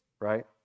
right